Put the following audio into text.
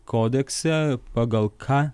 kodekse pagal ką